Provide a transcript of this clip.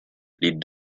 les